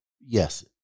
yes